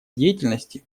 деятельности